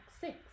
six